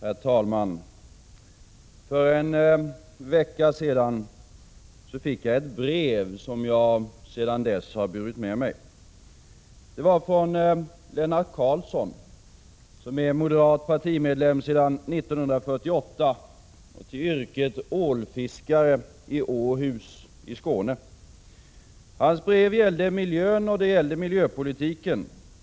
Herr talman! För en vecka sedan fick jag ett brev som jag sedan dess har burit med mig. Det var från Lennart Carlsson, som är moderat partimedlem sedan 1948 och till yrket ålfiskare i Åhus i Skåne. Hans brev gällde miljön och miljöpolitiken.